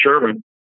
Sherman